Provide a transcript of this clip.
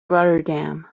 rotterdam